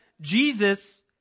Jesus